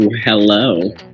hello